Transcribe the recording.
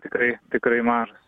tikrai tikrai mažas